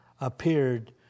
appeared